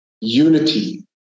unity